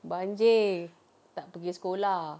banjir tak pergi sekolah